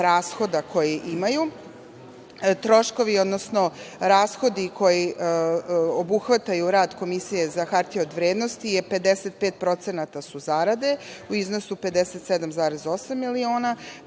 koje imaju. Troškovi, odnosno rashodi koji obuhvataju rad Komisije za hartije od vrednosti 55% su zarade, u iznosu 57,8 miliona